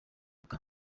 bwa